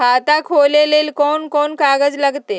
खाता खोले ले कौन कौन कागज लगतै?